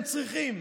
הם צריכים.